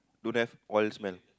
don't have what is smell